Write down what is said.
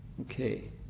Okay